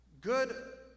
Good